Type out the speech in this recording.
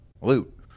Loot